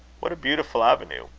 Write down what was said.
what a beautiful avenue!